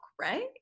right